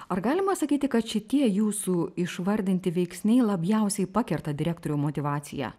ar galima sakyti kad šitie jūsų išvardinti veiksniai labiausiai pakerta direktorių motyvaciją